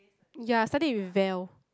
ya started with Val